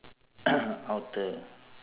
outer